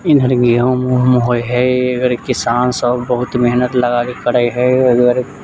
इधरमे होए है अगर किसान सभ बहुत मेहनत लगाके करै है अगर